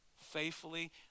faithfully